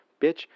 bitch